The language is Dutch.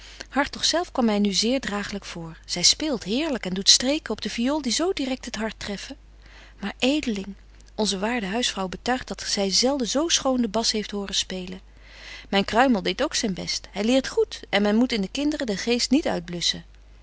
hartog zelf kwam my nu zeer draaglyk voor zy speelt heerlyk en doet streken op de fiool die zo direkt het hart treffen maar edeling onze waarde huisvrouw betuigt dat zy zelden zo schoon de bas heeft horen spelen myn kruimel deedt ook zyn best hy leert goed en men moet in de kinderen den geest niet